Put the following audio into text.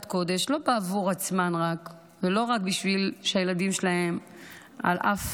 קודש לא רק בעבור עצמן ולא רק בשביל שהילדים שלהן יצליחו לגדול על אף